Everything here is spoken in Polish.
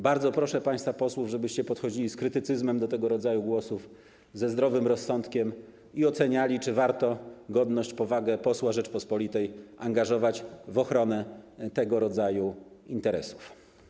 Bardzo proszę państwa posłów, żebyście podchodzili do tego rodzaju głosów z krytycyzmem, ze zdrowym rozsądkiem i oceniali, czy warto godność, powagę posła Rzeczypospolitej angażować w ochronę tego rodzaju interesów.